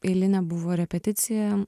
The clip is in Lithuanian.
eilinė buvo repeticija